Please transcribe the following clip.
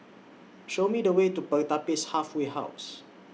Show Me The Way to Pertapis Halfway House